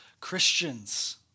Christians